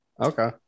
Okay